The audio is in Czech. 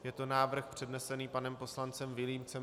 Je to návrh přednesený panem poslancem Vilímcem.